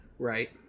Right